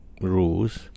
rules